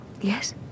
yes